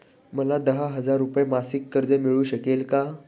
मला दहा हजार रुपये मासिक कर्ज मिळू शकेल का?